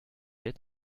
est